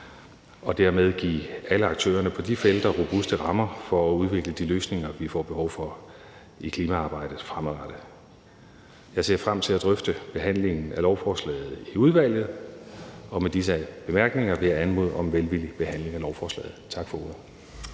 og dermed give alle aktørerne på de felter robuste rammer for at udvikle de løsninger, vi fremadrettet får behov for i klimaarbejdet. Jeg ser frem til at drøfte og behandle lovforslaget i udvalget, og med disse bemærkninger vil jeg anmode om velvillig behandling af lovforslaget. Tak for ordet.